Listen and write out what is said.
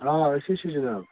آ أسی چھِ جِناب